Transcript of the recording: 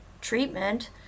treatment